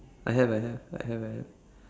I have I have I have I have